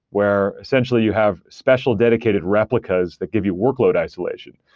where essentially you have special dedicated replicas that give you workload isolation.